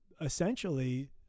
essentially